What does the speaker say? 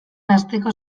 asteko